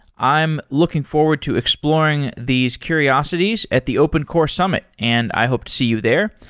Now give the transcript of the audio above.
i'm looking forward to exploring these curiosities at the open core summit and i hope to see you there.